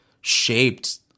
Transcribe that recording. shaped